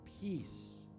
peace